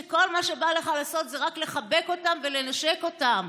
שכל מה שבא לך לעשות זה רק לחבק אותם ולנשק אותם?